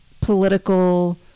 political